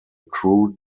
crude